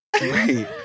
Wait